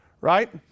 right